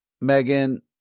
Megan